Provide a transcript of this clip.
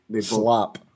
Slop